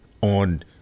on